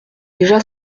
déjà